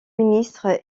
ministre